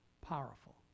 powerful